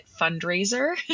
fundraiser